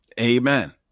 Amen